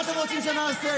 מה אתם רוצים שנעשה?